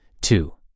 Two